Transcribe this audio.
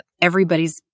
everybody's